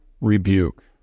rebuke